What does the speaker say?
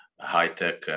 high-tech